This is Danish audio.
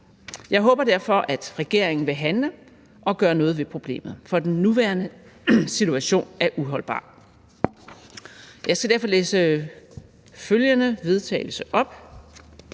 Jeg håber derfor, at regeringen vil handle og gøre noget ved problemet, for den nuværende situation er uholdbar. Jeg skal derfor læse følgende forslag til